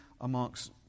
amongst